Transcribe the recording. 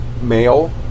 male